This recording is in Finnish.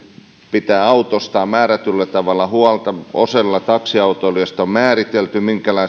pitää autostaan määrätyllä tavalla huolta osalle taksiautoilijoista on määritelty minkälaisella autolla hän